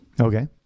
Okay